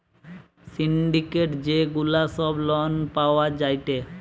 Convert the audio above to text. syndicate যে গুলা সব লোন পাওয়া যায়টে